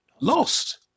Lost